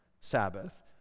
Sabbath